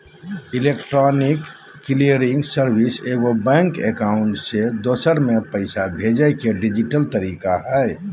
electronic clearing service एगो bank account से दूसर में पैसा भेजय के डिजिटल तरीका हइ